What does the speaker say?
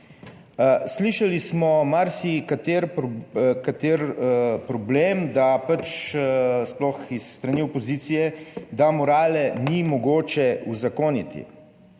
Slišali smo marsikateri kateri problem, da pač sploh s strani opozicije, da morale ni mogoče uzakoniti.